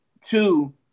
Two